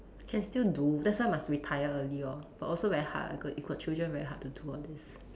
can still do that's why must retire early lor but also very hard if got if got children very hard to do all this